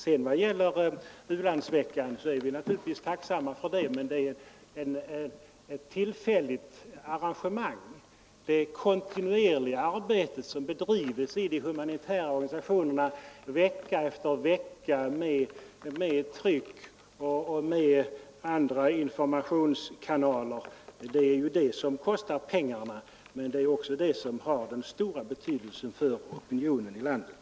Vad sedan gäller anslaget till u-landsveckan är vi naturligtvis tacksamma för det, men det är ett tillfälligt arrangemang. Det är det kontinuerliga arbetet som bedrivs i de humanitära organisationerna vecka efter vecka genom det tryckta ordet och genom andra informationskanaler som kostar pengar, men det är också det som har den stora betydelsen för opinionen i vårt land.